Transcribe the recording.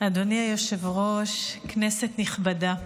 אדוני היושב-ראש, כנסת נכבדה,